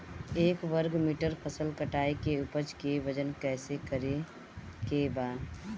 एक वर्ग मीटर फसल कटाई के उपज के वजन कैसे करे के बा?